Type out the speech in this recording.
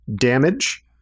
damage